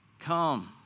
Come